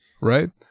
Right